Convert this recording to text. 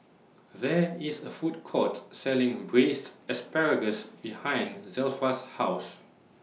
There IS A Food Court Selling Braised Asparagus behind Zelpha's House